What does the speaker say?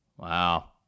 Wow